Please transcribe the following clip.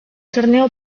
torneo